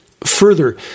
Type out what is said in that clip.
Further